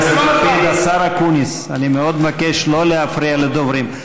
השר אקוניס, אני מאוד מבקש שלא להפריע לדוברים.